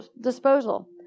disposal